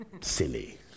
silly